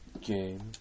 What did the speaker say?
Game